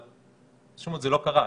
אבל זה לא קרה.